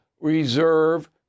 reserve